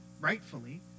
rightfully